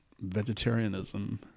vegetarianism